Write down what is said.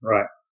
Right